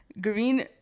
Green